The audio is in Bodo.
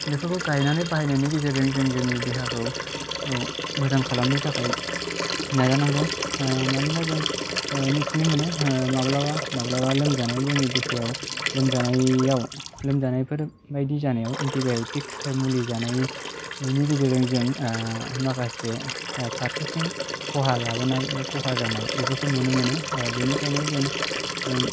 बेफोरखौ गायनानै बाहायनायनि गेजेरजों जों जोंनि देहाखौ औ मोजां खालामनो थाखाय नाजानांगौ मानोना जों ओ मिथिनो मोनो ओ माब्लाबा माब्लाबा लोमजानाय जोंनि देहायाव लोमजानायाव लोमजानायफोर बायदि जानायाव एन्टिबाय'टिक मुलि जानायनि गेजेरजों जों माखासे फारसेथिं खहा लाबोनाय बा खहा जानाय बेफोरखौ नुनो मोनो ओ बेनिखायनो जों ओं